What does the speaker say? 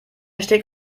steg